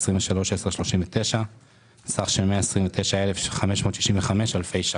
230722 סך של 21,500 אלפי ש״ח.